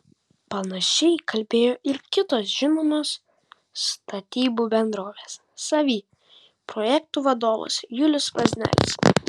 panašiai kalbėjo ir kitos žinomos statybų bendrovės savy projektų vadovas julius vaznelis